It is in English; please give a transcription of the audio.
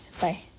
Bye